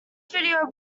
video